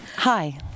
Hi